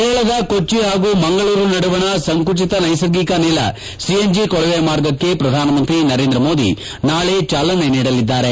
ಕೇರಳದ ಕೊಚ್ಚ ಹಾಗೂ ಮಂಗಳೂರು ನಡುವಣ ಸಂಕುಚಿತ ನೈಸರ್ಗಿಕ ಅನಿಲ ಸಿ ಎನ್ ಜಿ ಕೊಳವೆ ಮಾರ್ಗಕ್ಕೆ ಪ್ರಧಾನ ಮಂತ್ರಿ ನರೇಂದ್ರ ಮೋದಿ ನಾಳೆ ಚಾಲನೆ ನೀಡಲಿದ್ದಾರೆ